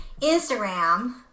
Instagram